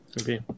Okay